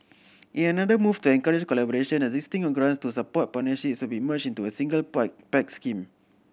in another move to encourage collaboration existing grants to support will be merged into a single Pact scheme